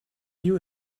you